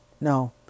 No